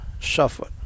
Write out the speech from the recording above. suffered